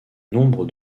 nombre